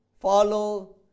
follow